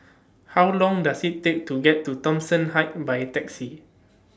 How Long Does IT Take to get to Thomson Heights By Taxi